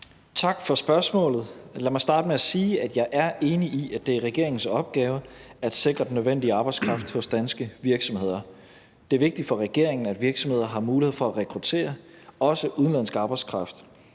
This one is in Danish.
Tak for spørgsmålet. Lad mig starte med at sige, at jeg er enig i, at det er regeringens opgave at sikre den nødvendige arbejdskraft hos danske virksomheder. Det er vigtigt for regeringen, at virksomheder har mulighed for at rekruttere også udenlandsk arbejdskraft.